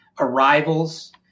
Arrivals